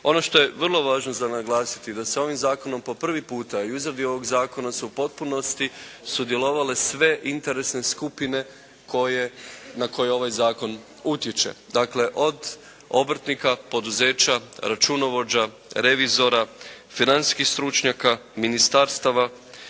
Ono što je vrlo važno naglasiti da se ovim zakonom po prvi puta i u izradi ovog Zakona su u potpunosti sudjelovale sve interesne skupine na koje ovaj Zakon utječe. Dakle, od obrtnika, poduzeća, računovođa, revizora, financijskih stručnjaka, ministarstava,